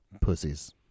Pussies